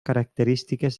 característiques